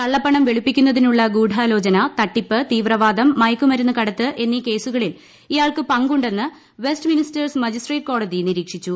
കള്ളപ്പണം വെളുപ്പിക്കുന്നതിനുള്ള ഗൂഢാലോചന തട്ടിപ്പ് തീവ്രവാദം മയക്കുമരുന്ന് കടത്ത് എന്നീ കേസുകളിൽ ഇയാൾക്ക് പങ്കുണ്ടെന്ന് വെസ്റ്റ് മിനിസ്റ്റേഴ്സ് മജിസ്ട്രേറ്റ് കോടതി നിരീക്ഷിച്ചു